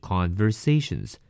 Conversations